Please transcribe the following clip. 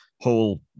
whole